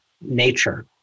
Nature